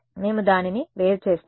మేము దానిని వేరు చేస్తాము